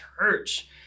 church